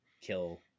kill